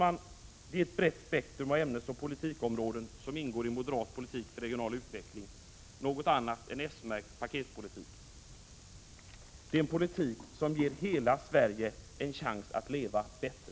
Det är ett brett spektrum av ämnesoch politikområden som ingår i en moderat politik för regional utveckling — något annat än s-märkt paketpolitik. Det är en politik som ger hela Sverige en chans att leva bättre.